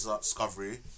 Discovery